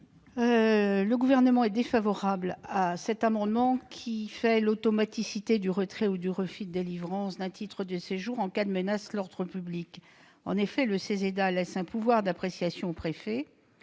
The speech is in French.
Le Gouvernement est défavorable à ces amendements, qui visent à rendre automatique le retrait ou le refus de délivrance d'un titre de séjour en cas de menace pour l'ordre public. En effet, le CESEDA laisse un pouvoir d'appréciation au préfet,